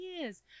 years